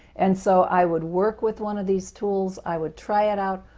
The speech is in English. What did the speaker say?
and so i would work with one of these tools, i would try it out,